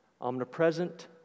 omnipresent